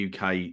UK